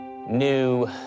new